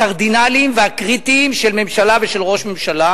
הקרדינליים והקריטיים של ממשלה ושל ראש ממשלה,